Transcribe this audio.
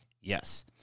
yes